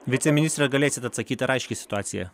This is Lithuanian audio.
viceministre galėsit atsakyt ar aiški situacija